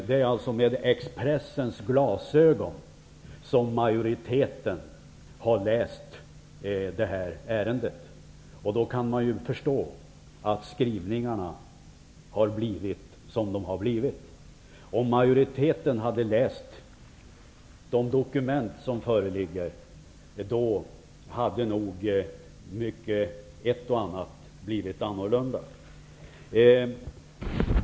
Det är alltså med Expressens glasögon som majoriteten har läst det här ärendet. Då kan man ju förstå att skrivningarna har blivit som de har blivit. Om majoriteten hade läst de dokument som föreligger, hade nog ett och annat blivit annorlunda.